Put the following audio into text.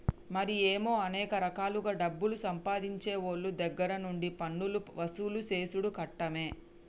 మరి ఏమో అనేక రకాలుగా డబ్బులు సంపాదించేవోళ్ళ దగ్గర నుండి పన్నులు వసూలు సేసుడు కట్టమే